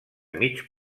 mig